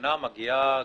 שנה מגיעה גבעתיים.